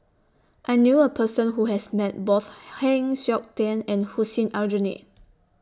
I knew A Person Who has Met Both Heng Siok Tian and Hussein Aljunied